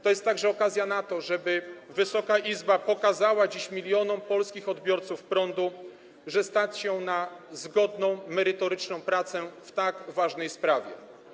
To jest także okazja, żeby Wysoka Izba pokazała dziś milionom polskich odbiorców prądu, że stać ją na zgodną, merytoryczną pracę w tak ważnej sprawie.